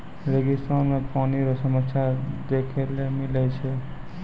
रेगिस्तान मे पानी रो समस्या देखै ले मिलै छै